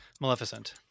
Maleficent